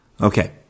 Okay